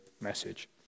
message